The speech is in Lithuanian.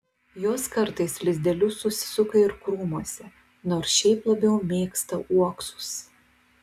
jos kartais lizdelius susisuka ir krūmuose nors šiaip labiau mėgsta uoksus